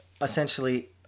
essentially